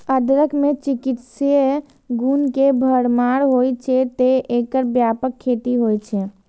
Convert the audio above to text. अदरक मे चिकित्सीय गुण के भरमार होइ छै, तें एकर व्यापक खेती होइ छै